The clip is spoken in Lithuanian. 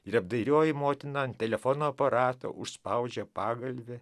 ir apdairioji motina ant telefono aparato užspaudžia pagalvę